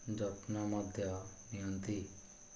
ଯତ୍ନ ମଧ୍ୟ ନିଅନ୍ତି